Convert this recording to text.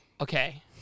Okay